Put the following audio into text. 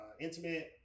intimate